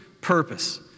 purpose